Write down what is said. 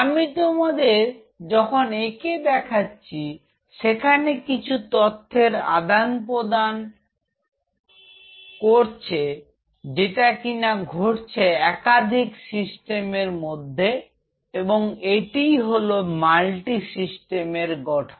আমি তোমাদের যখন এঁকে দেখাচ্ছি সেখানে কিছু তথ্যের আদানপ্রদান করছে যেটা কিনা ঘটছে একাধিক সিস্টেমের মধ্যে এবং এটিই হল মাল্টি সিস্টেম এর গঠন